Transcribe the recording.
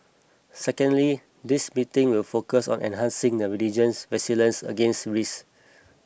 secondly the meetings will focus on enhancing the region's resilience against risks